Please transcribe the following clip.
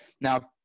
Now